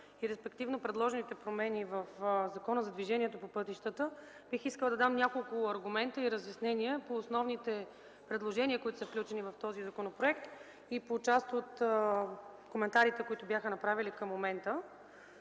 и респективно предложените промени в Закона за движението по пътищата, бих искала да дам няколко аргумента и разяснения по основните предложения, които са включени в този законопроект, и по част от коментарите, които бяха направени към момента.